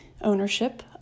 ownership